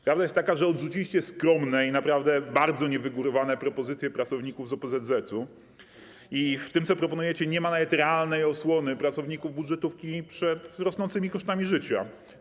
Prawda jest taka, że odrzuciliście skromne i naprawdę bardzo niewygórowane propozycje pracowników z OPZZ-etu, a w tym, co proponujecie, nie na nawet realnej osłony pracowników budżetówki przed rosnącymi kosztami życia.